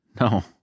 No